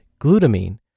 glutamine